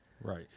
Right